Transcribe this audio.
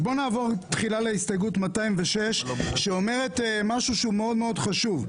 בוא נעבור תחילה להסתייגות מספר 206 שאומרת משהו שהוא מאוד מאוד חשוב.